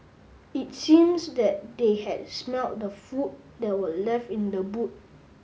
it seems that they had smelt the food that were left in the boot